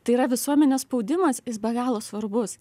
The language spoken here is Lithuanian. tai yra visuomenės spaudimas jis be galo svarbus